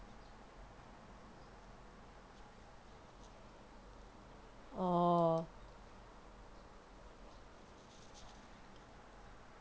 orh